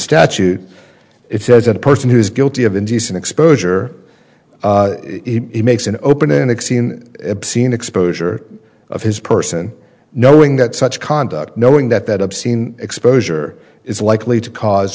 statute it says that a person who is guilty of indecent exposure he makes an opening axion obscene exposure of his person knowing that such conduct knowing that that obscene exposure is likely to cause